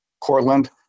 Cortland